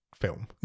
film